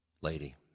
lady